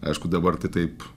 aišku dabar tai taip